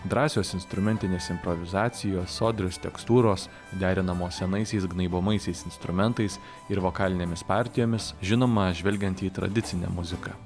drąsios instrumentinės improvizacijos sodrios tekstūros derinamos senaisiais gnaibomaisiais instrumentais ir vokalinėmis partijomis žinoma žvelgiant į tradicinę muziką